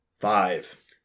five